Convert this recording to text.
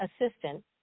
assistant